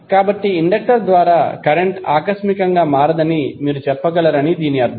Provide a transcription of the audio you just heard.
కాబట్టి ఇండక్టర్ ద్వారా కరెంట్ ఆకస్మికంగా మారదని మీరు చెప్పగలరని దీని అర్థం